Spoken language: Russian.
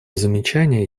замечания